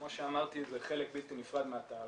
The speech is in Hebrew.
כמו שאמרתי, זה חלק בלתי נפרד מהתעריף.